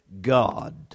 God